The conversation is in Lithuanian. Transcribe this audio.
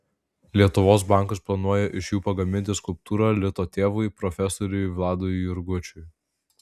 lietuvos bankas planuoja iš jų pagaminti skulptūrą lito tėvui profesoriui vladui jurgučiui